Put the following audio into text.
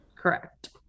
Correct